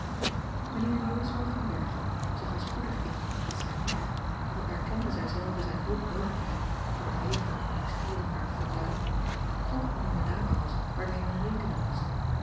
mijnheer jozua van berchem zag al spoedig in dat zijne nicht al erkende zij zelve zijne hulp noodig te hebben voor het regelen en bestieren harer fortuin toch eene jonge dame was waarmee men rekenen moest